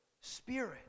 Spirit